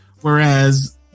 whereas